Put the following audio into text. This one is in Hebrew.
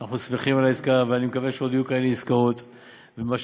אנחנו שמחים על העסקה ואני מקווה שיהיו עוד עסקאות כאלה.